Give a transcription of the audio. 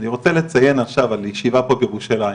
אני רוצה לציין עכשיו, על ישיבה פה בירושלים,